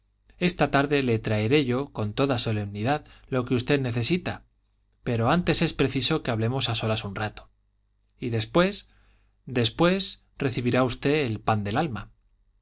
esta tarde le traeré yo con toda solemnidad lo que usted necesita pero antes es preciso que hablemos a solas un rato y después después recibirá usted el pan del alma